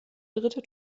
dritte